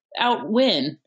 outwin